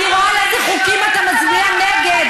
אני רואה על איזה חוקים את מצביע נגד.